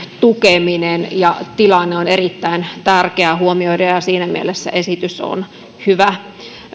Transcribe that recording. tukeminen ja tilanne on erittäin tärkeä huomioida ja ja siinä mielessä esitys on hyvä